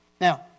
Now